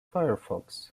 firefox